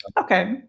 Okay